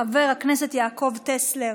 חבר הכנסת יעקב טסלר,